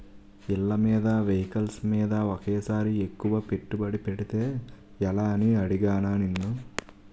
ఇళ్ళమీద, వెహికల్స్ మీద ఒకేసారి ఎక్కువ పెట్టుబడి పెడితే ఎలా అని అడిగానా నిన్ను